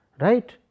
Right